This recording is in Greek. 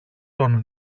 τον